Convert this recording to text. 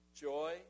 joy